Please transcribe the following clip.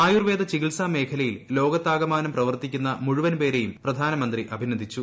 ആയുർവേദ ചികിത്സാ മേഖലയിൽ ലോകത്താ കമാനം പ്രവർത്തിക്കുന്ന മുഴുവൻ പേരേയും പ്രധാന മന്ത്രി അഭിനന്ദിച്ചു